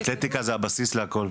אתלטיקה זה הבסיס להכל.